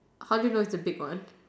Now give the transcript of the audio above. how do you know it's a big one